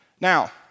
Now